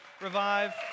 Revive